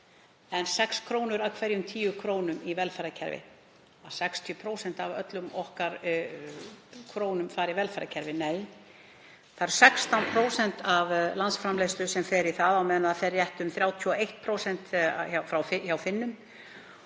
að 6 kr. af hverjum 10 kr. fari í velferðarkerfið, að 60% af öllum okkar krónum fara í velferðarkerfið: Nei, það eru 16% af landsframleiðslu sem fara í það á meðan það er rétt um 31% hjá Finnum.